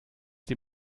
die